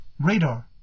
radar